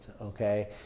okay